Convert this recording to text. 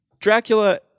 Dracula